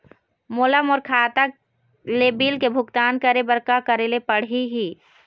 मोला मोर खाता ले बिल के भुगतान करे बर का करेले पड़ही ही?